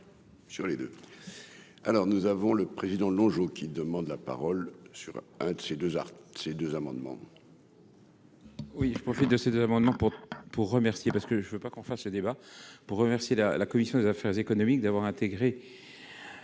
Sur les deux alors nous avons le président Longeau, qui demande la parole sur un de ces 2 à ces deux amendements.